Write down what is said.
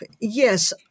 Yes